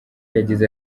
yagize